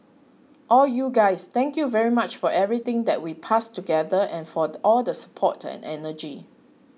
all you guys thank you very much for everything that we passed together and for the all the support and energy